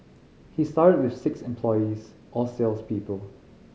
he started with six employees all sales people